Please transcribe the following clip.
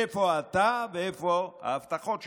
איפה אתה ואיפה ההבטחות שלך?